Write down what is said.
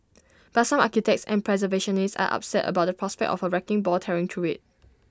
but some architects and preservationists are upset about the prospect of A wrecking ball tearing through IT